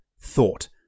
thought